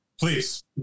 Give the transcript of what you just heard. please